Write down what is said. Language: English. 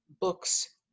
books